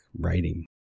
writing